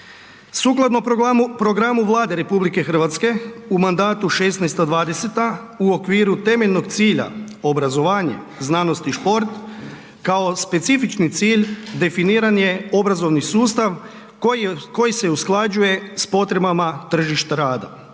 Sukladno programu Vlade RH u mandatu 2016.-2020. u okviru temeljnog cilja obrazovanje, znanost i šport, kao specifični cilj definiran je obrazovni sustav koji se usklađuje s potrebama tržišta rada.